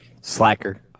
Slacker